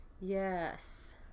yes